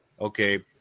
Okay